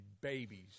babies